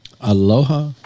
Aloha